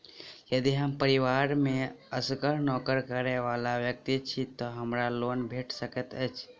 यदि हम परिवार मे असगर नौकरी करै वला व्यक्ति छी तऽ हमरा लोन भेट सकैत अछि?